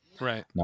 Right